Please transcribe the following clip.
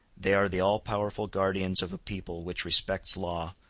they are the all-powerful guardians of a people which respects law,